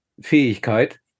Fähigkeit